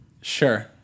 Sure